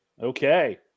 Okay